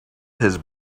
his